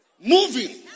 moving